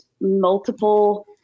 multiple